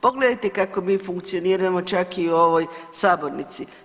Pogledajte kako mi funkcioniramo čak i u ovoj sabornici.